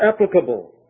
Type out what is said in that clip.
applicable